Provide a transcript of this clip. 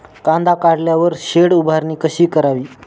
कांदा काढल्यावर शेड उभारणी कशी करावी?